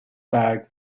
bag